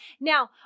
Now